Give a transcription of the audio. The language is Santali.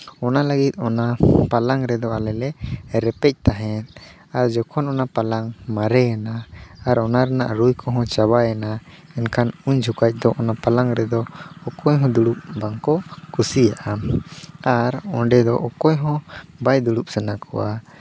ᱚᱱᱟ ᱞᱟᱹᱜᱤᱫ ᱚᱱᱟ ᱯᱟᱞᱟᱝᱠ ᱨᱮᱫᱚ ᱟᱞᱮ ᱞᱮ ᱨᱮᱯᱮᱡ ᱛᱟᱦᱮᱱ ᱟᱨ ᱡᱚᱠᱷᱚᱱ ᱚᱱᱟ ᱯᱟᱞᱟᱝᱠ ᱢᱟᱨᱮᱭᱮᱱᱟ ᱟᱨ ᱚᱱᱟ ᱨᱮᱱᱟᱜ ᱨᱩᱭ ᱠᱚᱦᱚᱸ ᱪᱟᱵᱟᱭᱮᱱᱟ ᱮᱱᱠᱷᱟᱱ ᱩᱱ ᱡᱚᱠᱷᱚᱡ ᱫᱚ ᱚᱱᱟ ᱚᱱᱟ ᱯᱟᱞᱟᱝᱠ ᱨᱮᱫᱚ ᱚᱠᱚᱭ ᱦᱚᱸ ᱫᱩᱲᱩᱵ ᱵᱟᱝᱠᱚ ᱠᱩᱥᱤᱭᱟᱜᱼᱟ ᱟᱨ ᱚᱸᱰᱮ ᱫᱚ ᱚᱠᱚᱭ ᱦᱚᱸ ᱵᱟᱭ ᱫᱩᱲᱩᱵ ᱥᱟᱱᱟ ᱠᱚᱣᱟ